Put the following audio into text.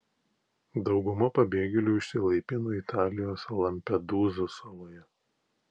dauguma pabėgėlių išsilaipino italijos lampedūzos saloje